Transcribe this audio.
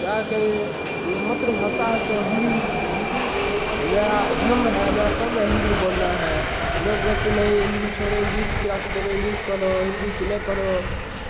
क्या कहें मातृभाषा है तो हिंदी हिंदी मेरा धर्म है मेरा कर्म है हिंदी बोलना है लोग बोलते हैं नहीं हिंदी छोड़ो इंग्रीस क्रास करो इंग्रिस पढ़ो हिंदीच नहीं पढ़ो